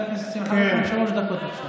חבר הכנסת שמחה רוטמן, שלוש דקות.